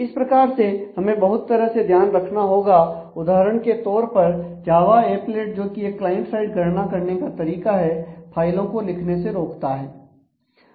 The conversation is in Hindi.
इस प्रकार से हमें बहुत तरह से ध्यान रखना होगा उदाहरण के तौर पर जावा एप्लेट जोकि एक और क्लाइंट साइड गणना करने का तरीका है फाइलों को लिखने से रोकता है आदि